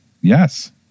yes